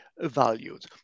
valued